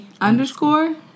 underscore